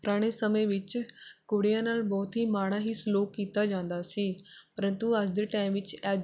ਪੁਰਾਣੇ ਸਮੇਂ ਵਿੱਚ ਕੁੜੀਆਂ ਨਾਲ ਬਹੁਤ ਹੀ ਮਾੜਾ ਹੀ ਸਲੂਕ ਕੀਤਾ ਜਾਂਦਾ ਸੀ ਪਰੰਤੂ ਅੱਜ ਦੇ ਟਾਈਮ ਵਿੱਚ ਐ